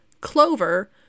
clover